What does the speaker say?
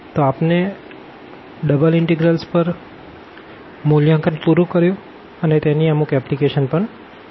તો આપણે double integrals નું મૂલ્યાંકન પૂરું કર્યું અને તેની અમુક એપ્લીકેશન પણ જોયી